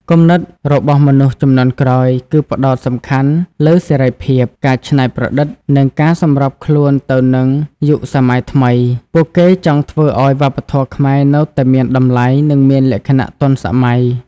គំនិតរបស់មនុស្សជំនាន់ក្រោយគឺផ្តោតសំខាន់លើសេរីភាព ការច្នៃប្រឌិត និងការសម្របខ្លួនទៅនឹងយុគសម័យថ្មី។ ពួកគេចង់ធ្វើឲ្យវប្បធម៌ខ្មែរនៅតែមានតម្លៃនិងមានលក្ខណៈទាន់សម័យ។